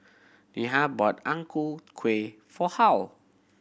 Neha bought Ang Ku Kueh for Harl